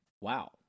Wow